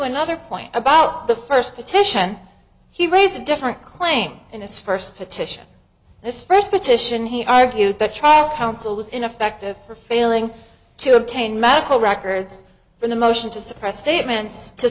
another point about the first petition he raised a different claim in his first petition this first petition he argued the trial counsel was ineffective for failing to obtain medical records from the motion to suppress statements to